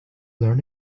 learn